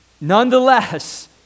nonetheless